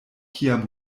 kiam